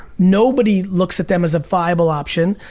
nobody looks at them as a viable option.